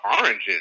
oranges